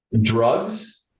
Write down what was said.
drugs